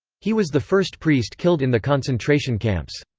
he was the first priest killed in the concentration camps.